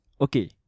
okay